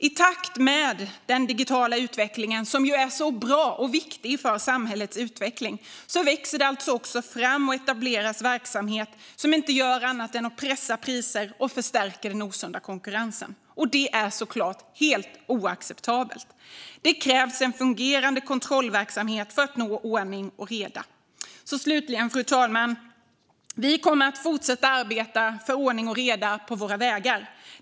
I takt med den digitala utvecklingen, som ju är så bra och viktig för samhället, växer det alltså också fram och etableras verksamhet som inte gör annat än att pressa priser och förstärka den osunda konkurrensen. Det är såklart helt oacceptabelt. Det krävs en fungerande kontrollverksamhet för att nå ordning och reda. Slutligen, fru talman: Vi kommer att fortsätta arbeta för ordning och reda på våra vägar.